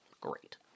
Great